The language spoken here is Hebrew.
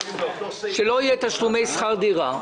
אם לא יהיו תשלומי שכר דירה,